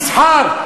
מסחר,